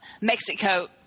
mexico